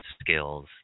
skills